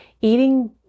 eating